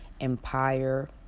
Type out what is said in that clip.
empire